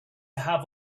have